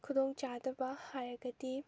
ꯈꯨꯗꯣꯡ ꯆꯥꯗꯕ ꯍꯥꯏꯔꯒꯗꯤ